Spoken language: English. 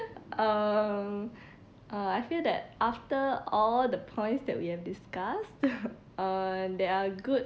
um uh I feel that after all the points that we have discussed uh there are good